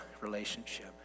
relationship